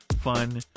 fun